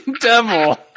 devil